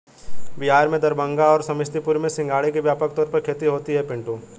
बिहार में दरभंगा और समस्तीपुर में सिंघाड़े की व्यापक तौर पर खेती होती है पिंटू